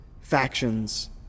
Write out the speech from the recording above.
factions